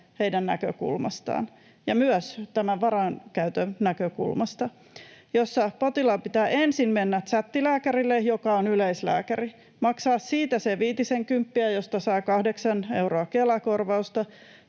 heidän näkökulmastaan ja myös tämän varainkäytön näkökulmasta. Potilaan pitää ensin mennä tsättilääkärille, joka on yleislääkäri, maksaa siitä se viitisenkymppiä, josta saa kahdeksan euroa Kela-korvausta.